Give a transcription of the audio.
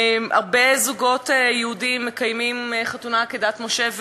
הרבה זוגות יהודים מקיימים חתונה כדת משה וישראל,